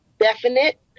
definite